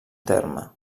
terme